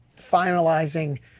finalizing